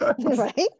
Right